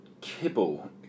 Kibble